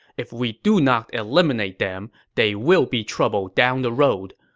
if we do not eliminate them, they will be trouble down the road.